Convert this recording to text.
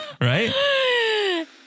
right